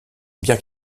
bien